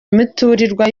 imiturirwa